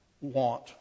want